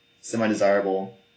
semi-desirable